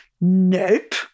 nope